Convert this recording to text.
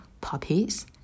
puppies